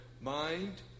mind